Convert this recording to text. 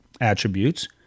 attributes